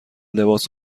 لباس